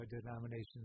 denominations